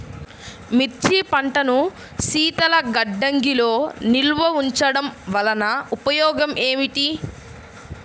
మిర్చి పంటను శీతల గిడ్డంగిలో నిల్వ ఉంచటం వలన ఉపయోగం ఏమిటి?